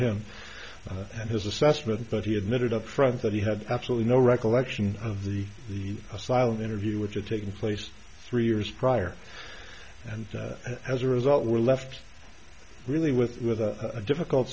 him and his assessment but he admitted upfront that he had absolutely no recollection of the the asylum interview which are taking place three years prior and as a result we're left really with with a difficult